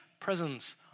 Presence